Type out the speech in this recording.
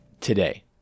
today